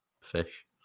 fish